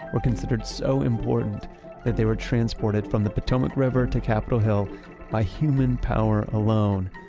were considered so important that they were transported from the potomac river to capitol hill by human power alone.